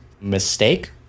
mistake